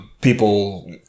people